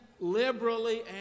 liberally